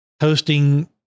hosting